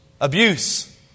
Abuse